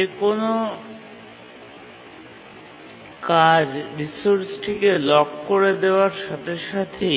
যে কোনও কাজ রিসোর্সটিকে লক করে দেওয়ার সাথে সাথে